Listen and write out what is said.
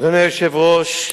אדוני היושב-ראש,